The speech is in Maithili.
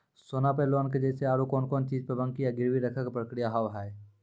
सोना पे लोन के जैसे और कौन कौन चीज बंकी या गिरवी रखे के प्रक्रिया हाव हाय?